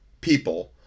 people